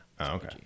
Okay